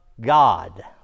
God